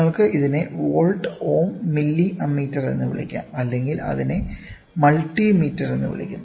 നിങ്ങൾക്ക് ഇതിനെ volt ohm milli ammeter എന്ന് വിളിക്കാം അല്ലെങ്കിൽ അതിനെ മൾട്ടി മീറ്റർ എന്ന് വിളിക്കുന്നു